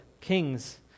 kings